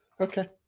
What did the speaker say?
Okay